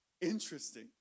Interesting